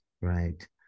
right